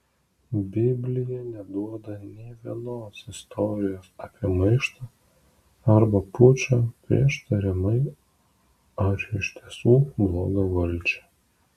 biblija neduoda nė vienos istorijos apie maištą arba pučą prieš tariamai ar iš tiesų blogą valdžią